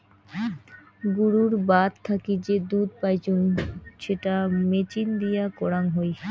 গুরুর বাত থাকি যে দুধ পাইচুঙ সেটা মেচিন দিয়ে করাং হই